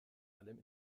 allem